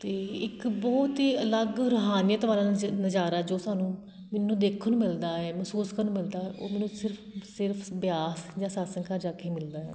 ਅਤੇ ਇੱਕ ਬਹੁਤ ਹੀ ਅਲੱਗ ਰੂਹਾਨੀਅਤ ਵਾਲਾ ਨਜ਼ ਨਜ਼ਾਰਾ ਜੋ ਸਾਨੂੰ ਮੈਨੂੰ ਦੇਖਣ ਨੂੰ ਮਿਲਦਾ ਹੈ ਮਹਿਸੂਸ ਕਰਨ ਮਿਲਦਾ ਉਹ ਮੈਨੂੰ ਸਿਰਫ ਸਿਰਫ ਬਿਆਸ ਜਾਂ ਸਤਿਸੰਗ ਘਰ ਜਾ ਕੇ ਹੀ ਮਿਲਦਾ ਹੈ